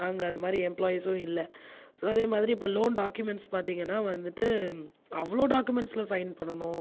அங்கே அந்த மாதிரி எம்ப்லாயிஸ்யும் இல்லை சோ அதே மாதிரி இப்போது லோன் டாக்குமென்ட்ஸ் பார்த்தீங்கன்னா வந்துகிட்டு அவ்வளோ டாக்குமென்ட்ஸ்ஸில் சைன் பண்ணனும்